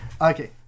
Okay